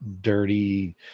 dirty